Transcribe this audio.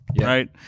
right